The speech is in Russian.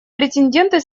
претенденты